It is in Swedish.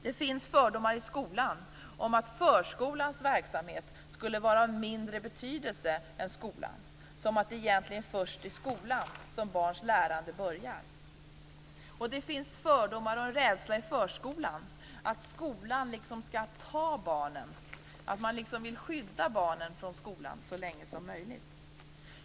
Det finns fördomar i skolan om att förskolans verksamhet skulle vara av mindre betydelse än skolan, som att det egentligen är först i skolan som barns lärande börjar. Och det finns fördomar och rädsla i förskolan för att skolan skall "ta" barnen. Man vill skydda barnen från skolan så länge som möjligt.